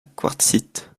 quartzite